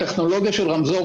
הטכנולוגיה של רמזור,